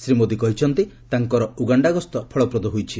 ଶ୍ରୀ ମୋଦି କହିଛନ୍ତି ତାଙ୍କର ଉଗାଣ୍ଡା ଗସ୍ତ ଫଳପ୍ରଦ ହୋଇଛି